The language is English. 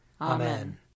Amen